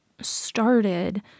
started